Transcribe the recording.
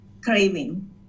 craving